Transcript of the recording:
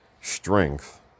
strength